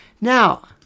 Now